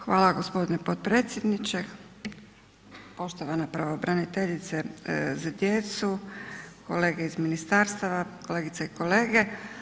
Hvala g. potpredsjedniče, poštovana pravobraniteljice za djecu, kolege iz ministarstava, kolegice i kolege.